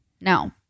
Now